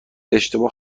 اشتباه